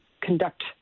conduct